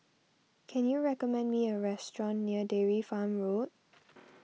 can you recommend me a restaurant near Dairy Farm Road